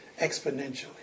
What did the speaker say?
exponentially